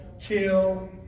kill